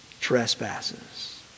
trespasses